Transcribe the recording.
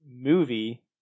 movie